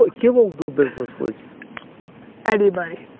ah he will do business with anybody.